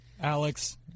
Alex